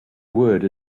word